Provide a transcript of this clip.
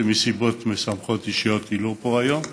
שמסיבות משמחות אישיות היא לא פה היום,